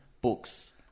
books